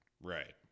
Right